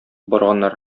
барганнар